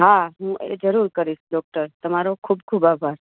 હા હું એ જરૂર કરીશ ડૉક્ટર તમારો ખૂબ ખૂબ આભાર